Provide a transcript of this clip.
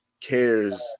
cares